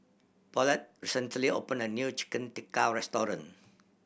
Paulette recently opened a new Chicken Tikka restaurant